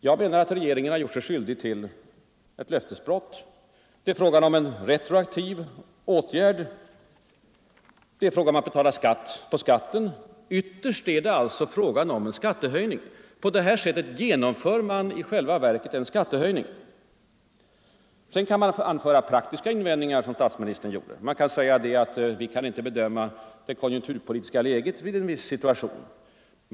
Jag menar att regeringen har gjort sig skyldig till ett löftesbrott. Det är fråga om en retroaktiv åtgärd. Det är fråga om att betala skatt på skatten. Ytterst är det alltså fråga om en skattehöjning. På detta sätt genomför man i själva verket skattehöjningar. Sedan kan man anföra praktiska invändningar, som statsministern gjorde. Man kan säga att vi inte kan bedöma det konjunkturpolitiska läget i framtiden.